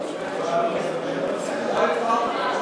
הצעת החוק לא התקבלה.